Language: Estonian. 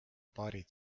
paarid